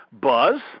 Buzz